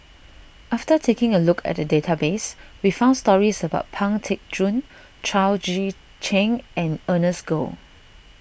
after taking a look at the database we found stories about Pang Teck Joon Chao Tzee Cheng and Ernest Goh